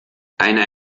eine